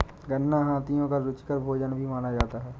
गन्ना हाथियों का रुचिकर भोजन भी माना जाता है